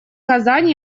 казань